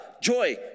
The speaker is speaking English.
joy